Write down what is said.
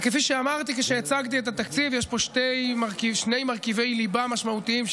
וכפי שאמרתי כשהצגתי את התקציב: יש פה שני מרכיבי ליבה משמעותיים,